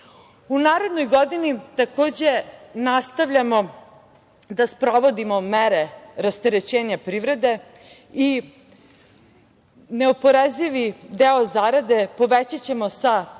narednoj godini, takođe, nastavljamo da sprovodimo mere rasterećenja privrede i neoporezivi deo zarade povećaćemo sa